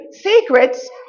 secrets